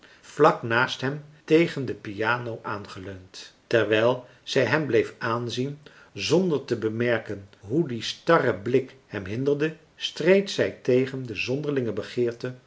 vlak naast hem tegen de piano aangeleund terwijl zij hem bleef aanzien zonder te bemerken hoe die starre blik hem hinderde streed zij tegen de zonderlinge begeerte